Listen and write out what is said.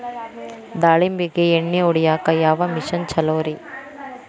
ದಾಳಿಂಬಿಗೆ ಎಣ್ಣಿ ಹೊಡಿಯಾಕ ಯಾವ ಮಿಷನ್ ಛಲೋರಿ?